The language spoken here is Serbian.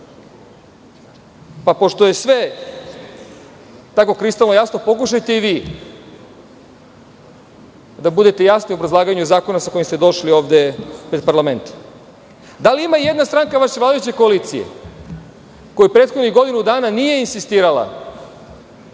Pa, pošto je sve tako kristalno jasno, pokušajte i vi da budete jasni u obrazlaganju zakona sa kojim ste došli ovde pred parlament. Da li ima i jedna stranka vaše vladajuće koalicije koja prethodnih godinu dana nije insistirala